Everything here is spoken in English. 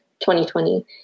2020